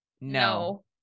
No